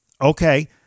Okay